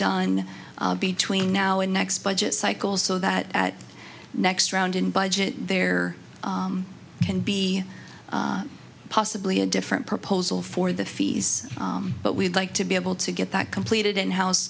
done between now and next budget cycle so that at next round in budget there can be possibly a different proposal for the fees but we'd like to be able to get that completed in house